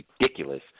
ridiculous